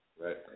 Right